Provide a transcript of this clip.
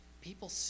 People